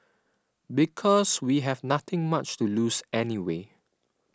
because we have nothing much to lose anyway